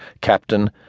Captain